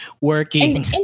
working